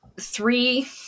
three